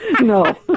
No